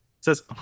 says